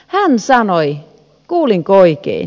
hän sanoi kuulinko oikein